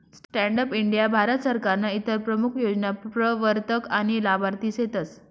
stand up India Bharat सरकारनं इतर प्रमूख योजना प्रवरतक आनी लाभार्थी सेतस